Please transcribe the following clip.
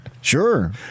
Sure